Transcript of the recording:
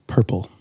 Purple